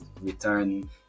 return